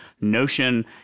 Notion